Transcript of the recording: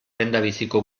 lehendabiziko